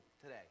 today